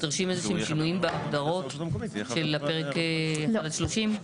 נדרשים איזשהם שינויים בהגדרות של הפרק על 30?